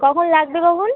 কখন লাগবে কখন